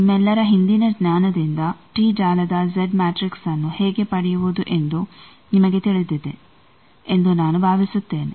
ನಿಮ್ಮೆಲ್ಲರ ಹಿಂದಿನ ಜ್ಞಾನದಿಂದ ಟಿ ಜಾಲದ ಜೆಡ್ ಮ್ಯಾಟ್ರಿಕ್ಸ್ನ್ನು ಹೇಗೆ ಪಡೆಯುವುದು ಎಂದು ನಿಮಗೆ ತಿಳಿದಿದೆ ಎಂದು ನಾನು ಭಾವಿಸುತ್ತೇನೆ